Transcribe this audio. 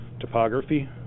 topography